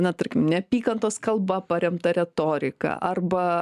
na tarkim neapykantos kalba paremtą retoriką arba